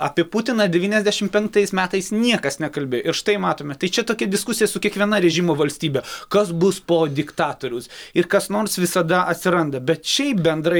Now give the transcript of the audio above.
apie putiną devyniasdešim penktais metais niekas nekalbė ir štai matome tai čia tokia diskusija su kiekviena režimo valstybe kas bus po diktatoriaus ir kas nors visada atsiranda bet šiaip bendrai